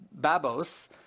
Babos